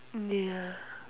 ya